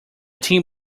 tin